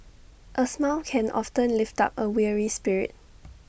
A smile can often lift up A weary spirit